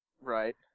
Right